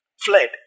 Fled